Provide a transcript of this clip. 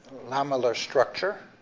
lamellar structure,